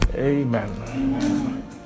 Amen